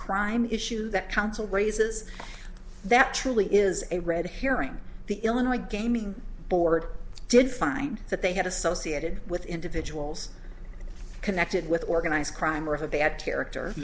crime issue that counsel raises that truly is a red hearing the illinois gaming board did find that they had associated with individuals connected with organized crime or of a bad character